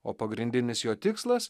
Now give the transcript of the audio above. o pagrindinis jo tikslas